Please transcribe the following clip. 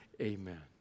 Amen